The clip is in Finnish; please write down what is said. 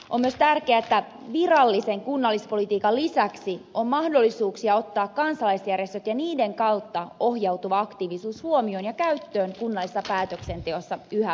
on myös tärkeää että virallisen kunnallispolitiikan lisäksi on mahdollisuuksia ottaa kansalaisjärjestöt ja niiden kautta ohjautuva aktiivisuus huomioon ja käyttöön kunnallisessa päätöksenteossa yhä paremmin